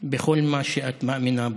בכל מה שאת מאמינה בו.